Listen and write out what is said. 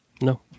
No